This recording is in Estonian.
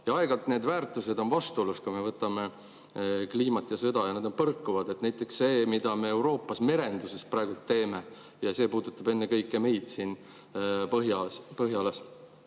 Aeg-ajalt need väärtused on vastuolus, kui me võtame kliima ja sõja, nad põrkuvad. Näiteks see, mida me Euroopas merenduses praegu teeme, see puudutab ennekõike meid siin põhjalas.